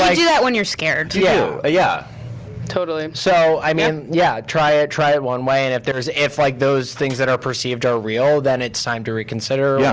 do that when you're scared too. ah yeah totally. um so, i mean, yeah try it try it one way and if those if like those things that are perceived are real, then it's time to reconsider. yeah